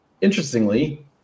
interestingly